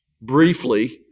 briefly